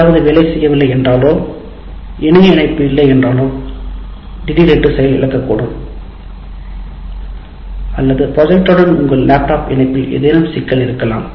ஏதாவது வேலை செய்யவில்லை என்றாலோ இணைய இணைப்பு இல்லை என்றாலோ திடீரென்று செயல் இழக்கக்கூடும் அல்லது ப்ரொஜெக்டருடனான உங்கள் லேப்டாப் இணைப்பில் ஏதேனும் சிக்கல் இருக்கலாம்